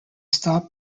stop